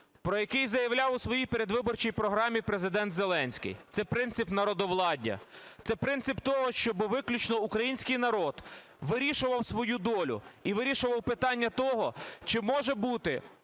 про який заявляв у своїй передвиборчій програмі Президент Зеленський, – це принцип народовладдя. Це принцип того, щоб виключно український народ вирішував свою долю і вирішував питання того, чи може бути